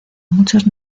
muchos